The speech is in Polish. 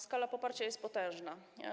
Skala poparcia jest potężna.